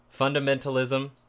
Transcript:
Fundamentalism